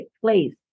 place